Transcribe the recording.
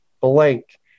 blank